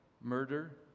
murder